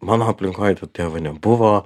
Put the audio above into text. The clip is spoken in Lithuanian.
mano aplinkoj to tėvo nebuvo